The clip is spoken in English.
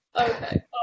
okay